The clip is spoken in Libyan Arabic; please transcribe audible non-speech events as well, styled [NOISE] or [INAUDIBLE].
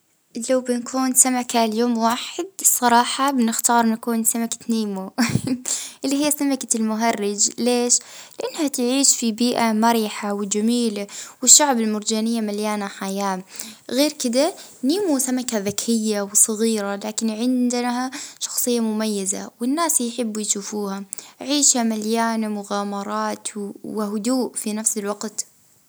آ [HESITATION] دولفين، على خاطر انه هو [HESITATION] نوع من الأسماك ذكية جدا [HESITATION] ويعيش في البحر [HESITATION] ويقدر يتفاعل مع البشر بطريقة حلوة هلبا.